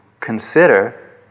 consider